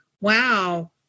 wow